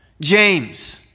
James